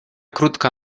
krótka